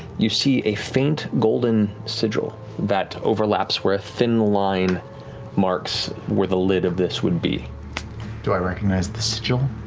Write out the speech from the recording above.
you see a faint golden sigil that overlaps where a thin line marks where the lid of this would be. sam do i recognize the sigil?